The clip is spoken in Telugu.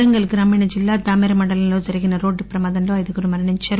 వరంగల్ గ్రామీణ జిల్లా దామెర మండలంలో జరిగిన రోడ్డు ప్రమాదం లో ఐదుగురు మరణించారు